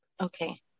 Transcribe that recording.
Okay